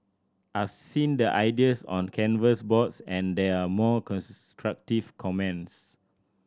I've seen the ideas on the canvas boards and there are constructive comments